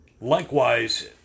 Likewise